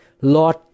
Lord